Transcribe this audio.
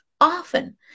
often